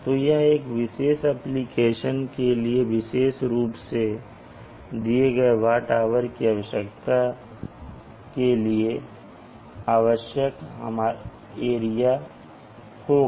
तो यह एक विशेष एप्लीकेशन के लिए विशेष रूप से दिए गए वाट आवर की आवश्यकता के लिए आवश्यक हमारा एरिया होगा